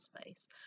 space